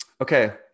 Okay